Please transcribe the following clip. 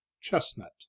Chestnut